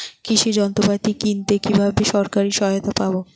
কৃষি যন্ত্রপাতি কিনতে কিভাবে সরকারী সহায়তা পাব?